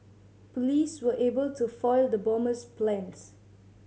police were able to foil the bomber's plans